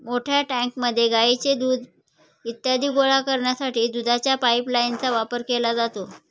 मोठ्या टँकमध्ये गाईचे दूध इत्यादी गोळा करण्यासाठी दुधाच्या पाइपलाइनचा वापर केला जातो